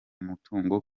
mutungo